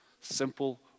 Simple